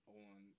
on